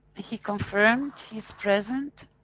he confirmed, he's present?